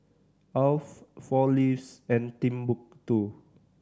Alf Four Leaves and Timbuk Two